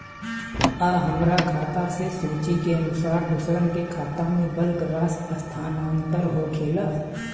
आ हमरा खाता से सूची के अनुसार दूसरन के खाता में बल्क राशि स्थानान्तर होखेला?